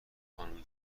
خانوم